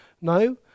No